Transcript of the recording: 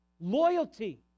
loyalty